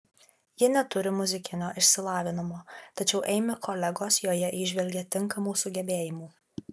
ji neturi muzikinio išsilavinimo tačiau eimi kolegos joje įžvelgia tinkamų sugebėjimų